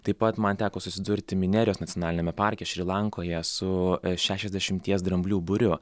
taip pat man teko susidurti minerijos nacionaliniame parke šri lankoje su šešiasdešimties dramblių būriu